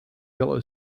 yellow